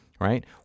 right